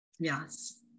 Yes